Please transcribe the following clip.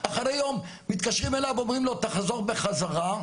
אחרי יום מתקשרים אליו אומרים לו תחזור בחזרה.